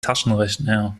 taschenrechner